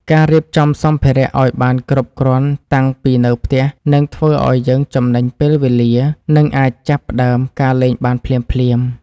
ការរៀបចំសម្ភារៈឱ្យបានគ្រប់គ្រាន់តាំងពីនៅផ្ទះនឹងធ្វើឱ្យយើងចំណេញពេលវេលា និងអាចចាប់ផ្ដើមការលេងបានភ្លាមៗ។